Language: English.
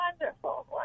wonderful